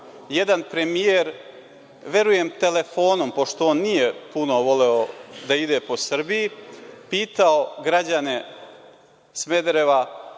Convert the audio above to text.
jedan premijer, verujem telefonom, pošto nije puno voleo da ide po Srbiji, pitao građane Smedereva